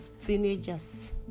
teenagers